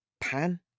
pan